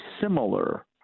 similar